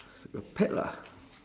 a pet lah